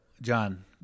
John